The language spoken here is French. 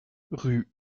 rue